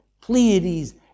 Pleiades